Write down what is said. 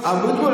אבוטבול,